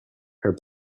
her